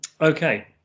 Okay